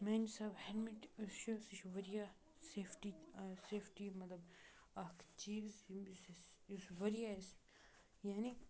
میٛانہِ حساب ہیلمِٹ یُس چھُ سُہ چھُ واریاہ سیفٹی سیفٹی مطلب اَکھ چیٖز یِم یُس اَسہِ یُس واریاہ اَسہِ یعنی